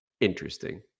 interesting